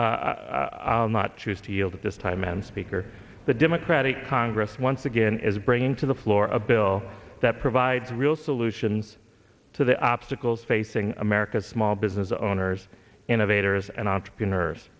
i'll not choose to yield at this time madam speaker the democratic congress once again is bringing to the floor a bill that provides real solutions to the obstacles facing america's small business owners innovators and entrepreneurs